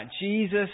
Jesus